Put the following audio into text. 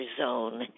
zone